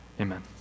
Amen